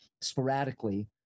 sporadically